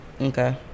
Okay